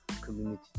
community